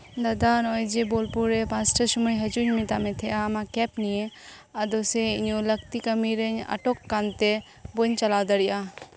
ᱫᱟᱫᱟ ᱱᱚᱜᱼᱚᱭ ᱡᱮ ᱵᱳᱞᱯᱩᱨ ᱨᱮ ᱯᱟᱸᱪ ᱴᱟ ᱥᱚᱢᱚᱭ ᱦᱟᱹᱡᱩᱜ ᱤᱧ ᱢᱮᱛᱟᱫ ᱢᱮ ᱛᱟᱦᱮᱸᱱᱟ ᱟᱢᱟᱜ ᱠᱮᱵ ᱱᱤᱭᱟᱹ ᱟᱫᱚ ᱥᱮ ᱤᱧᱟᱹᱜ ᱞᱟᱹᱠᱛᱤ ᱠᱟᱹᱢᱤ ᱨᱤᱧ ᱟᱴᱚᱠ ᱟᱠᱟᱱ ᱛᱮ ᱵᱟᱹᱧ ᱪᱟᱞᱟᱣ ᱫᱟᱲᱮᱭᱟᱜᱼᱟ